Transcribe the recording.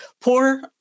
poor